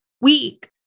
week